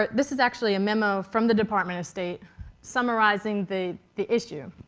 ah this is actually a memo from the department of state summarizing the the issue.